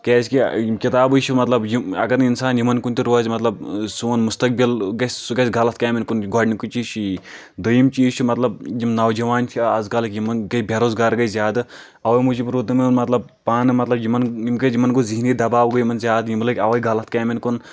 کیٛازِ کہِ یِم کتابٕے چھِ مطلب یِم اگر نہٕ انسان یِمن کُن تہِ روزِ مطلب سون مُستقبِل گژھِ سُہ گژھِ غلط کامین کُن گۄڈٕنکُے چیٖز چُھ یی دوٚیِم چیٖز چھُ مطلب یِم نوجوان چھِ آز کالٕکۍ یِمن گٔیے بےٚ روزگار گٔیے زیادٕ اوٕے موجوٗب روٗد نہٕ یِمن مطلب پانہٕ مطلب یِمن یِم گٔیے یِمن گوٚو زِہنی دباو گوٚو یِمن زیادٕ یِم لٔگۍ اوٕے غلط کامٮ۪ن کُن